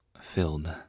filled